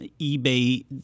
eBay